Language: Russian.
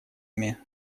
ими